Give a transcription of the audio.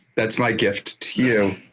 that's my gift to